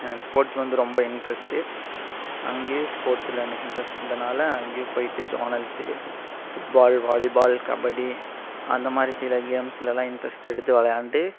எனக்கு ஸ்போர்ட்ஸ் வந்து ரொம்ப இன்ட்ரஸ்ட்டு அங்கேயும் ஸ்போர்ட்ஸில் எனக்கு இன்ட்ரஸ்ட் இருந்தனால அங்கேயும் போயிவிட்டு ஜோனல்ஸு ஃபுட்பால் வாலிபால் கபடி அந்த மாதிரி சில கேம்ஸ்ல எல்லாம் இன்ட்ரஸ்ட் எடுத்து விளையாண்டு